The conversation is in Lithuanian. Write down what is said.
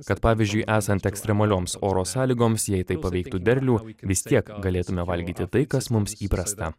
kad pavyzdžiui esant ekstremalioms oro sąlygoms jei tai paveiktų derlių vis tiek galėtume valgyti tai kas mums įprasta